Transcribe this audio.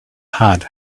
had